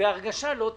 אני בהרגשה לא טובה.